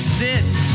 sits